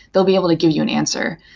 they'll be able to give you an answer.